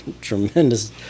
tremendous